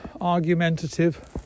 argumentative